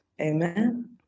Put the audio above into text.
Amen